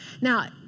Now